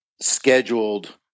scheduled